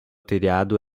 telhado